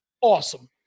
awesome